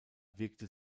wirkte